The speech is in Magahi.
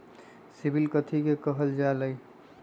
सिबिल कथि के काहल जा लई?